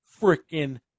freaking